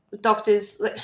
Doctors